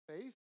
faith